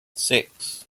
six